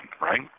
right